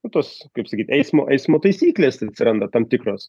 nu tos kaip sakyt eismo eismo taisyklės atsiranda tam tikros